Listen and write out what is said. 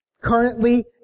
currently